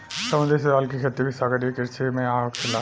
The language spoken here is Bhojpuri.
समुंद्री शैवाल के खेती भी सागरीय कृषि में आखेला